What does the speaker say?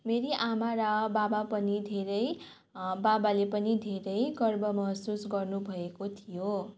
मेरी आमा र बाबा पनि धेरै बाबाले पनि धेरै गर्व महसुस गर्नुभएको थियो